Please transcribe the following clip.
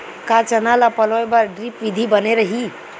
का चना ल पलोय बर ड्रिप विधी बने रही?